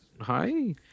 hi